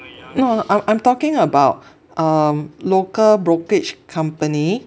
no I'm I'm talking about um local brokerage company